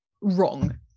Wrong